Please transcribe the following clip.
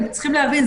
צריכים להבין,